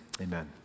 amen